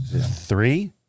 Three